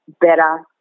better